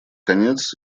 конец